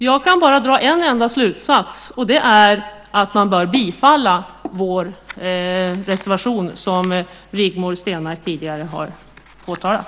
Jag kan bara dra en enda slutsats, och det är att man bör bifalla vår reservation - som Rigmor Stenmark tidigare påtalat.